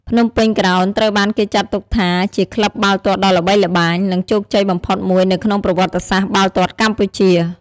ភ្នំពេញក្រោនត្រូវបានគេចាត់ទុកថាជាក្លឹបបាល់ទាត់ដ៏ល្បីល្បាញ និងជោគជ័យបំផុតមួយនៅក្នុងប្រវត្តិសាស្ត្របាល់ទាត់កម្ពុជា។